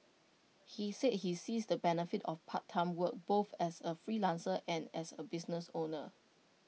he said he sees the benefit of part time work both as A freelancer and as A business owner